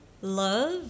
love